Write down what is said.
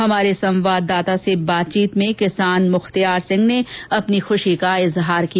हमारे संवाददाता से बातचीत में किसान मुखत्यार सिंह ने अपनी खुशी का इजहार किया